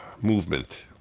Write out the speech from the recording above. movement